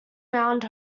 mound